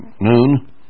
noon